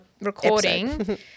recording